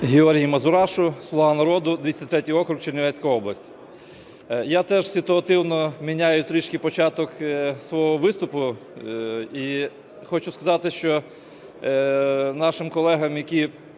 Георгій Мазурашу, "Слуга народу", 203 округ, Чернівецька область. Я теж ситуативно міняю трішки початок свого виступу, і хочу сказати нашим колегам, які